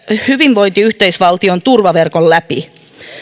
hyvinvointiyhteiskunnan turvaverkon läpi